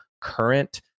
current